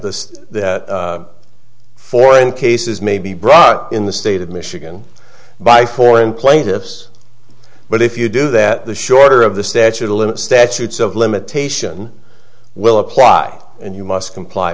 the foreign cases may be brought in the state of michigan by foreign plaintiffs but if you do that the shorter of the statute a limit statutes of limitation will apply and you must comply